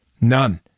none